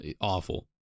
awful